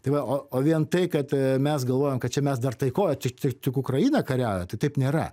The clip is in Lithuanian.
tai va o vien tai kad mes galvojom kad čia mes dar taikoj čia tik ukraina kariauja tai taip nėra